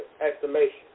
estimation